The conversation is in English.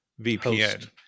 VPN